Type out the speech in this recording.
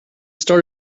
start